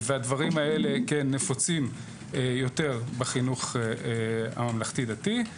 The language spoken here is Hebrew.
הדברים האלה נפוצים יותר בחינוך הממלכתי דתי.